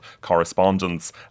correspondence